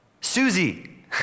Susie